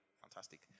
fantastic